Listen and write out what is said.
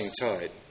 tide